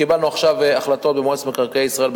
קיבלנו עכשיו החלטות במועצת מקרקעי ישראל,